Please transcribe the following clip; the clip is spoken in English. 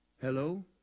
Hello